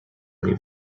leave